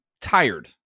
tired